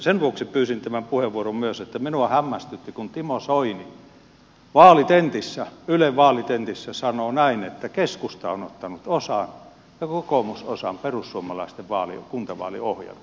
sen vuoksi pyysin tämän puheenvuoron myös että minua hämmästytti kun timo soini ylen vaalitentissä sanoo näin että keskusta on ottanut osan ja kokoomus osan perussuomalaisten kuntavaaliohjelmasta